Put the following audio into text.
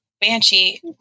Banshee